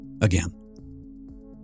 again